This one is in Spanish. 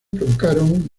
provocaron